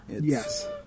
Yes